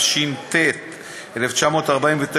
התש"ט 1949,